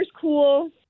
cool